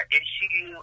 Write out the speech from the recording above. issue